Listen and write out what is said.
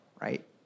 right